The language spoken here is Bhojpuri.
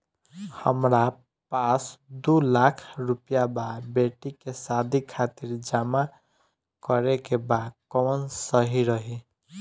हमरा पास दू लाख रुपया बा बेटी के शादी खातिर जमा करे के बा कवन सही रही?